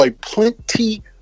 plenty